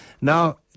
Now